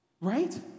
right